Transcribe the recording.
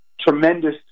tremendous